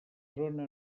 zona